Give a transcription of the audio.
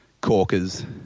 corkers